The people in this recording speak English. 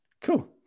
Cool